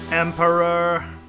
Emperor